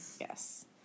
Yes